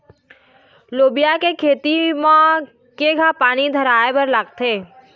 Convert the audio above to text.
लोबिया के खेती म केघा पानी धराएबर लागथे?